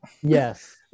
Yes